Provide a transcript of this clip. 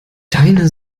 deine